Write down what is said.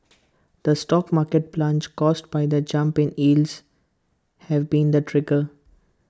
the stock market plunge caused by the jump in yields have been the trigger